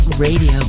Radio